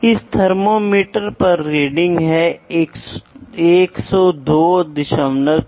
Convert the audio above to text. तो यहाँ एक दबाव नापने का यंत्र है जो आपको बताता है